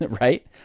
right